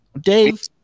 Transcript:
Dave